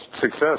success